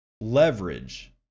leverage